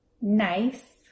Nice